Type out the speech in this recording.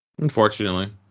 Unfortunately